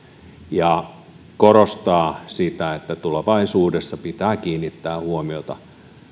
ja korostaa sitä että tulevaisuudessa pitää kiinnittää huomiota